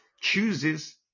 chooses